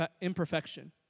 Imperfection